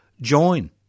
join